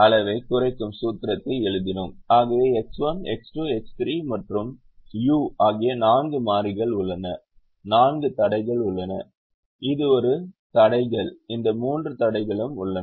ஆகவே x 1 x 2 x 3 மற்றும் u ஆகிய நான்கு மாறிகள் உள்ளன நான்கு தடைகள் உள்ளன இது ஒரு தடைகள் இந்த மூன்று தடைகளும் உள்ளன